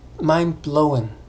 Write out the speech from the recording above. mind-blowing